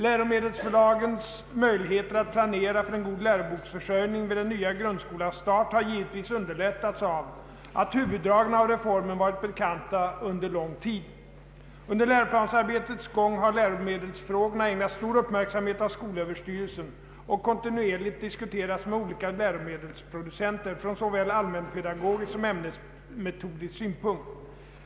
Läromedelsförlagens möjligheter att planera för en god läroboksförsörjning vid den nya grundskolans start har givetvis underlättats av att huvuddragen av reformen varit bekanta under lång tid. Under läroplansarbetets gång har läromedelsfrågorna ägnats stor uppmärksamhet av skolöverstyrelsen och kontinuerligt diskuterats med olika läromedelsproducenter från såväl allmänpedagogisk som <ämnesmetodisk synpunkt.